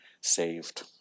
saved